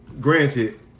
granted